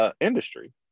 Industry